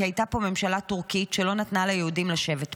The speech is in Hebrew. כי הייתה פה ממשלה טורקית שלא נתנה ליהודים לשבת פה.